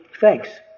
thanks